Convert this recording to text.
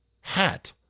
hat